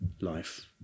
life